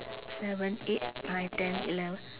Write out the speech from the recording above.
seven eight nine ten eleven